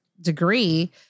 degree